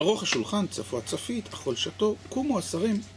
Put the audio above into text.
ערוך השולחן, צפו הצפית, אכול ושתו, קומו השרים